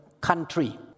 country